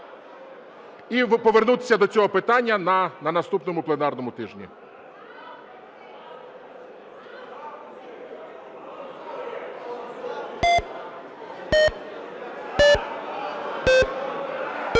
І повернутися до цього питання на наступному пленарному тижні.